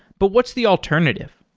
but what's the alternative?